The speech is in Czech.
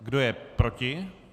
Kdo je proti?